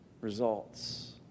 results